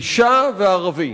אשה וערבי,